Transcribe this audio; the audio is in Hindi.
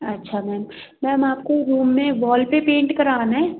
अच्छा मैम मैम आपको रूम में वॉल पर पेंट कराना है